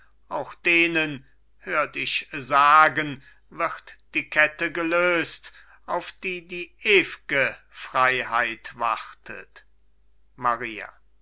auch denen hört ich sagen wird die kette gelöst auf die die ew'ge freiheit wartet maria